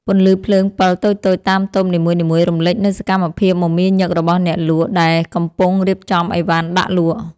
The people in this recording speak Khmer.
ពន្លឺភ្លើងពិលតូចៗតាមតូបនីមួយៗរំលេចនូវសកម្មភាពមមាញឹករបស់អ្នកលក់ដែលកំពុងរៀបចំឥវ៉ាន់ដាក់លក់។